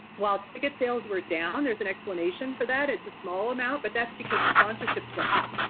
well ticket sales were down. there's an explanation for that. it's a small amount, but that's because the sponsorships were up.